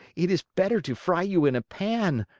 it is better to fry you in a pan!